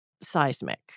seismic